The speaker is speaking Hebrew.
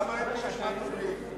למה אין רשימת דוברים?